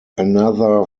another